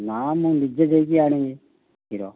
ନା ମୁଁ ନିଜେ ଯାଇକି ଆଣିବି କ୍ଷୀର